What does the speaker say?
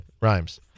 Rhymes